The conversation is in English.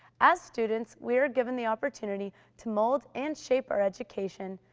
as students, we are given the opportunity to mold and shape our education,